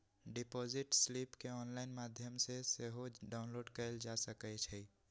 deposit slip केंऑनलाइन माध्यम से सेहो डाउनलोड कएल जा सकइ छइ